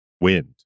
wind